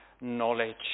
knowledge